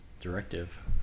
directive